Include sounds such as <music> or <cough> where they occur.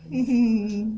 <noise>